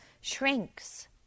shrinks